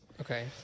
Okay